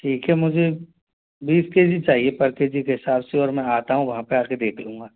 ठीक है मुझे बीस के जी चाहिए पर के जी के हिसाब से और मैं आता हूँ वहाँ पे आ के देख लूँगा